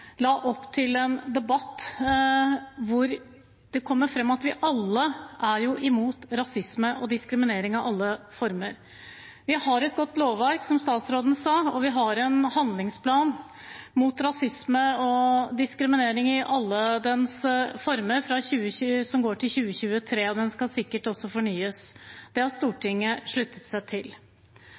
la opp til en debatt hvor det kommer fram at vi alle er imot alle former for rasisme og diskriminering. Vi har et godt lovverk, som statsråden sa, og vi har en handlingsplan mot rasisme og diskriminering i alle dens former. Den går til 2023, og den skal sikkert også fornyes. Den har Stortinget sluttet seg til.